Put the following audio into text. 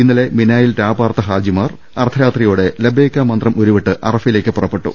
ഇന്നലെ മിനായിൽ രാപാർത്ത ഹാജിമാർ അർദ്ധരാത്രിയോടെ ലബ്ബൈക്ക മന്ത്രം ഉരു വിട്ട് അറഫയിലേക്ക് പുറപ്പെട്ടു